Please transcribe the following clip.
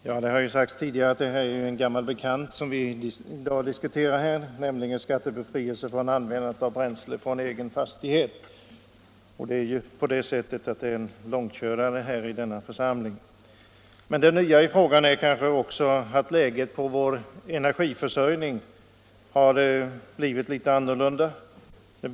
Herr talman! Som tidigare sagts är denna fråga om skattebefrielse för bränsle från egen fastighet en gammal bekant och en långkörare i denna församling. Det nya i frågan skulle väl vara att läget på energiförsörjningens område har blivit litet annorlunda.